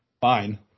Fine